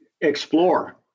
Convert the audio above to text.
explore